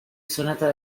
sonata